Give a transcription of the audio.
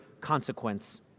consequence